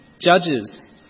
judges